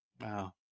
Wow